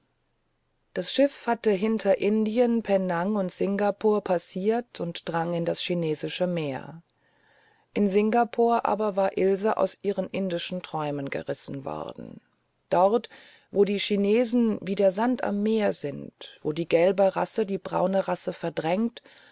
das schiff hatte hinterindien penang und singapore passiert und drang in das chinesische meer in singapore aber war ilse aus ihren indischen träumen gerissen worden dort wo die chinesen wie der sand am meere sind wo die gelbe rasse die braune rasse verdrängt